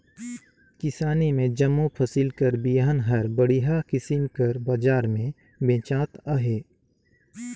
किसानी में जम्मो फसिल कर बीहन हर बड़िहा किसिम कर बजार में बेंचात अहे